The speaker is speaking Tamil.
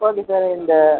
ஓகே சார் இந்த